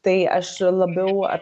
tai aš labiau